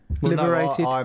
Liberated